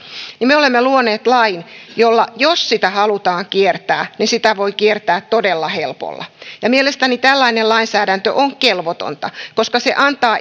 me olemme luoneet lain jota jos halutaan kiertää sitä voidaan kiertää todella helpolla mielestäni tällainen lainsäädäntö on kelvotonta koska se